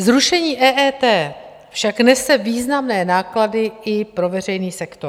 Zrušení EET však nese významné náklady i pro veřejný sektor.